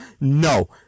no